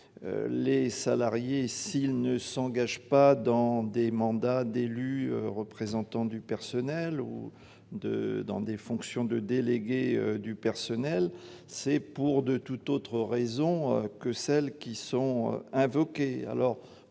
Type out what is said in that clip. les salariés ne s'engagent pas dans des mandats d'élus représentants du personnel ou dans des fonctions de délégué du personnel, c'est pour d'autres raisons que celles qui sont invoquées.